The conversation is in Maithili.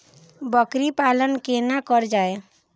बकरी पालन केना कर जाय?